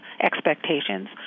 expectations